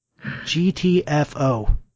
GTFO